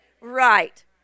right